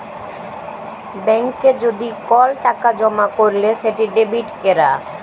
ব্যাংকে যদি কল টাকা জমা ক্যইরলে সেট ডেবিট ক্যরা